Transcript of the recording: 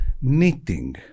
knitting